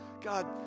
God